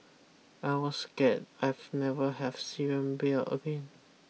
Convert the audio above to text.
I was scared I've never have Syrian beer again